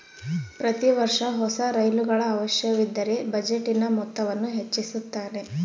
ಪ್ರತಿ ವರ್ಷ ಹೊಸ ರೈಲುಗಳ ಅವಶ್ಯವಿದ್ದರ ಬಜೆಟಿನ ಮೊತ್ತವನ್ನು ಹೆಚ್ಚಿಸುತ್ತಾರೆ